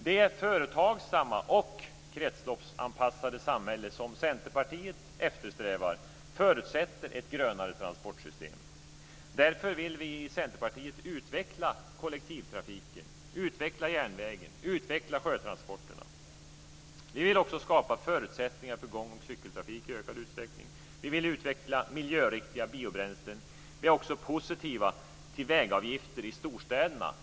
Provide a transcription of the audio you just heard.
Det företagsamma och kretsloppsanpassade samhälle som Centerpartiet eftersträvar förutsätter ett grönare transportsystem. Därför vill vi i Centerpartiet utveckla kollektivtrafiken, järnvägen och sjötransporterna. Vi vill också skapa förutsättningar för gångoch cykeltrafik i ökad utsträckning. Vi vill utveckla miljöriktiga biobränslen. Vi är också positiva till vägavgifter i storstäderna.